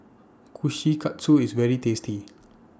Kushikatsu IS very tasty